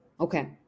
Okay